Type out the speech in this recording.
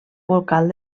vocal